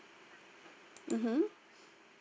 mm